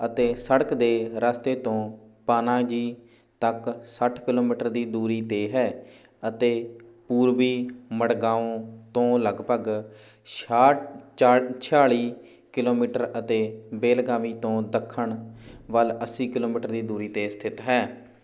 ਅਤੇ ਸੜਕ ਦੇ ਰਸਤੇ ਤੋਂ ਪਣਜੀ ਤੱਕ ਸੱਠ ਕਿੱਲੋਮੀਟਰ ਦੀ ਦੂਰੀ 'ਤੇ ਹੈ ਅਤੇ ਪੂਰਬੀ ਮੜਗਾਓ ਤੋਂ ਲਗਭਗ ਛਿਆਹਠ ਚਾ ਛਿਆਲੀ ਕਿੱਲੋਮੀਟਰ ਅਤੇ ਬੇਲਗਾਵੀ ਤੋਂ ਦੱਖਣ ਵੱਲ ਅੱਸੀ ਕਿੱਲੋਮੀਟਰ ਦੀ ਦੂਰੀ 'ਤੇ ਸਥਿਤ ਹੈ